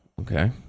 okay